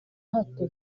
hato